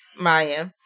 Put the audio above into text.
Maya